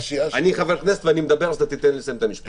אני חבר כנסת ואני מדבר אז אתה תיתן לי לסיים את המשפט.